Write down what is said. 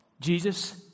Jesus